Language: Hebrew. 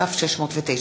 כ/609.